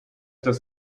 das